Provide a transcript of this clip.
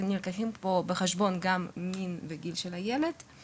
כי נלקחים פה בחשבון גם גיל הילד ומינו.